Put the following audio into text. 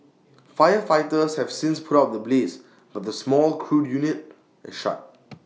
firefighters have since put out the blaze but the small crude unit is shut